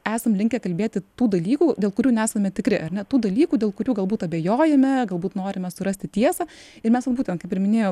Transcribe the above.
esam linkę kalbėti tų dalykų dėl kurių nesame tikri ar ne tų dalykų dėl kurių galbūt abejojame galbūt norime surasti tiesą ir mes vat būtent kaip ir minėjo